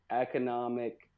economic